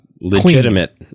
Legitimate